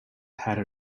hatter